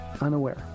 unaware